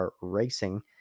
Racing